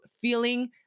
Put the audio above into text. feeling